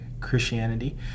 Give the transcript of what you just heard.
Christianity